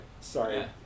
Sorry